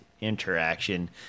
interaction